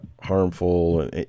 harmful